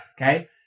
Okay